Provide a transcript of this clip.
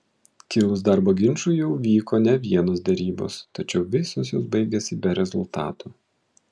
kilus darbo ginčui jau vyko ne vienos derybos tačiau visos jos baigėsi be rezultatų